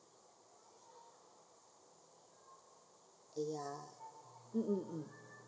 ya um um um